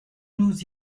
nous